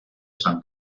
san